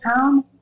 town